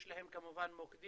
יש להם כמובן מוקדים,